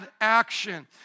action